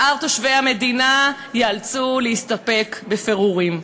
שאר תושבי המדינה, ייאלצו להסתפק בפירורים.